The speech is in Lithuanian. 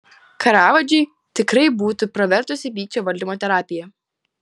karavadžui tikrai būtų pravertusi pykčio valdymo terapija